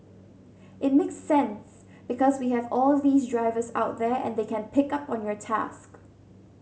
it makes sense because we have all these drivers out there and they can pick up on your task